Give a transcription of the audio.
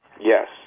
Yes